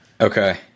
Okay